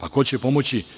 A, to će pomoći?